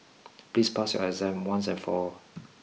please pass your exam once and for all